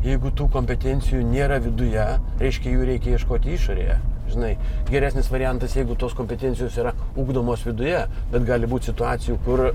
jeigu tų kompetencijų nėra viduje reiškia jų reikia ieškoti išorėje žinai geresnis variantas jeigu tos kompetencijos yra ugdomos viduje bet gali būt situacijų kur